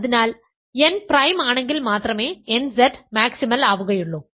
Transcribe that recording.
അതിനാൽ n prime ആണെങ്കിൽ മാത്രമേ nZ മാക്സിമൽ ആവുകയുള്ളൂ